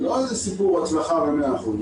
זה לא סיפור הצלחה של מאה אחוז.